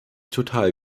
total